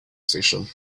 station